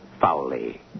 foully